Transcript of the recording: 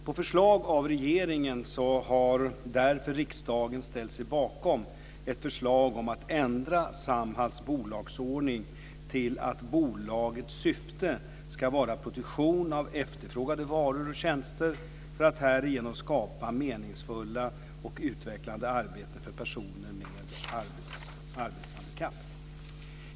På förslag av regeringen har därför riksdagen ställt sig bakom ett förslag om att ändra Samhalls bolagsordning till att bolagets syfte ska vara produktion av efterfrågade varor och tjänster för att härigenom skapa meningsfulla och utvecklande arbeten för personer med arbetshandikapp.